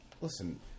listen